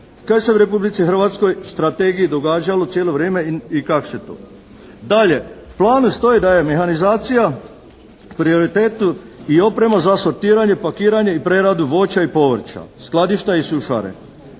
kaj se u Republici Hrvatskoj u strategiji događalo cijelo vrijeme i kad se to. Dalje, u planu stoji da je mehanizacija u prioritetu i oprema za sortiranje, pakiranje i preradu voća i povrća, skladišta i sušare.